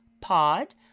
pod